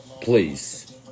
Please